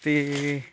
ते